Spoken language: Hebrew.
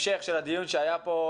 נמשך לנו הדיון הקודם.